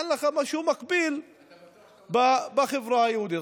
אין לך משהו מקביל בחברה הערבית.